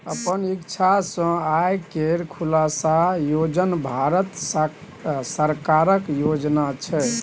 अपन इक्षा सँ आय केर खुलासा योजन भारत सरकारक योजना छै